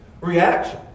reaction